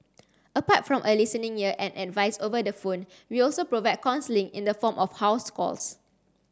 apart from a listening year and advice over the phone we also provide counselling in the form of house calls